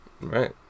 Right